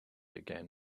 again